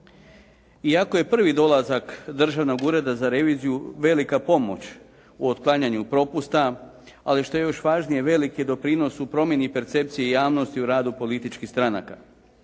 Iako je prvi dolazak Državnog ureda za reviziju velika pomoć u otklanjanju propusta ali što je još važnije velik je doprinos u promjeni percepcije javnosti u radu političkih stranaka.